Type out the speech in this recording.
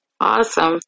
Awesome